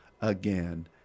again